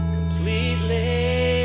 Completely